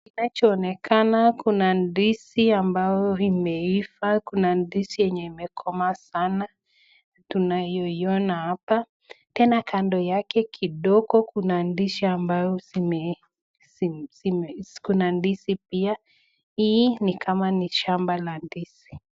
Kinachoonekana kuna ndizi ambao imeiva, kuna ndizi yenye imekomaa sana tunayoiona hapa, tena kando yake kidogo kuna ndizi pia, hii ni kama ni shamba la ndizi.